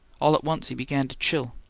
all at once he began to chill.